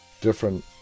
different